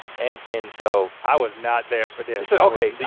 and and so i was not there for this. so okay. yeah